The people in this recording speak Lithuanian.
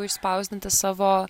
išspausdinti savo